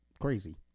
crazy